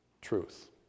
truth